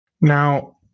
Now